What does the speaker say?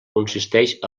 consisteix